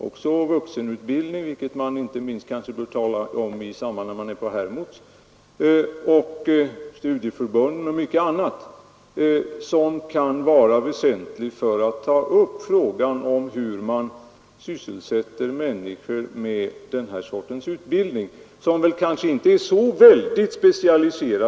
Också vuxenutbildningen — som man kanske inte minst bör tala om i sammanhanget om man är på Hermods — studieförbunden och mycket annat kan vara väsentligt för att belysa frågan om hur människor sysselsätts med den här sortens utbildning. Det här arbetet är kanske ändå inte så oerhört specialiserat.